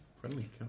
Friendly